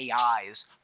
AIs